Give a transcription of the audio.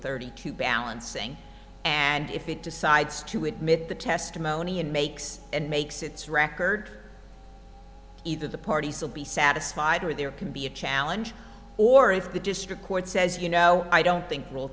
thirty two balancing and if it decides to admit the testimony and makes and makes its record either the party so be satisfied with there can be a challenge or if the district court says you know i don't think